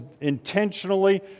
intentionally